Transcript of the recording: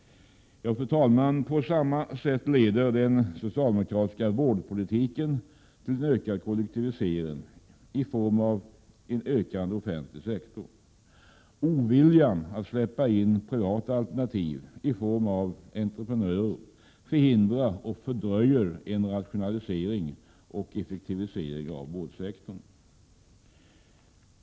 Fru talman! På samma sätt leder den socialdemokratiska vårdpolitiken till ökad kollektivisering i form av en ökande offentlig sektor. Oviljan att släppa in privata alternativ i form av entreprenörer förhindrar och fördröjer en rationalisering och effektivisering av vårdsektorn.